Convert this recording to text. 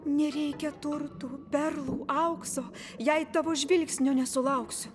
nereikia turtų perlų aukso jei tavo žvilgsnio nesulauksiu